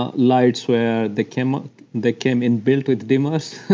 ah lights were. they came ah they came in built with dimmers.